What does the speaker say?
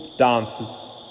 dances